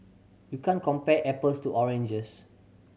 you can't compare apples to oranges